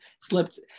slipped